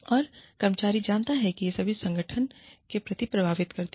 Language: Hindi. और कर्मचारी जानता है कि ये चीजें संगठन को कितना प्रभावित करती हैं